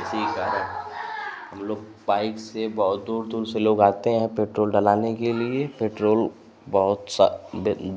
इसी कारण हमलोग बाइक़ से बहुत दूर दूर से लोग आते हैं पेट्रोल डलाने के लिए पेट्रोल बहुत सा